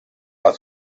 are